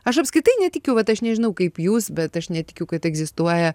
aš apskritai netikiu vat aš nežinau kaip jūs bet aš netikiu kad egzistuoja